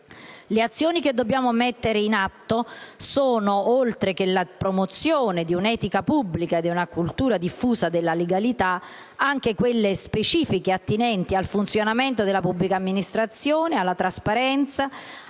Le azioni che dobbiamo mettere in atto sono, oltre la promozione di una etica pubblica e di una cultura diffusa della legalità, anche quelle specifiche attinenti al funzionamento della pubblica amministrazione, alla trasparenza,